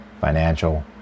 financial